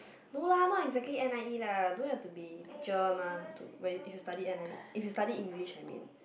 no lah not exactly N_I_E lah don't have to be teacher one mah to when you study N_I if you study English I mean